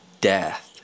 death